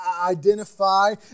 identify